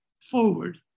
forward